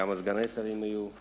כמה סגני שרים יהיו לסיעה,